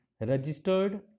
registered